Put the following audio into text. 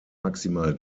maximal